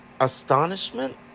Astonishment